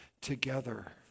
together